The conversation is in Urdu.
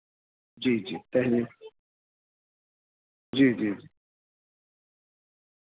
جی جی دہلی جی جی